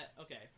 Okay